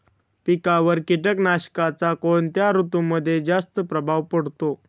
पिकांवर कीटकनाशकांचा कोणत्या ऋतूमध्ये जास्त प्रभाव पडतो?